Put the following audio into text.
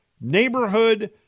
neighborhood